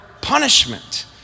punishment